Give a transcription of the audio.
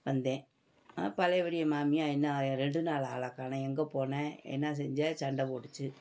வந்தேன் பழையபடி என் மாமியார் என்ன ரெண்டு நாளாக ஆளக்காணும் எங்கே போனே என்ன செஞ்ச சண்டைப் போட்டுச்சு